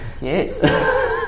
yes